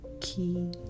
key